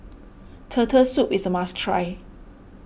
Turtle Soup is a must try